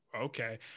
Okay